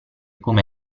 come